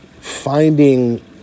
finding